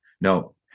No